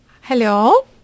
hello